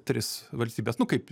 tris valstybes nu kaip